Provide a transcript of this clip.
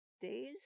days